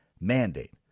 mandate